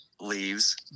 leaves